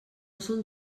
són